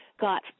got